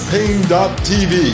Pain.tv